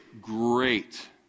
great